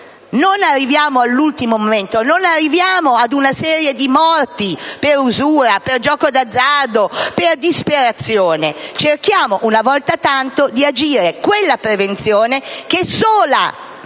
Non arriviamo all'ultimo momento, ad una serie di morti per usura, per gioco d'azzardo, per disperazione. Cerchiamo, una volta tanto, di porre in essere quella prevenzione che sola